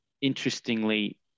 interestingly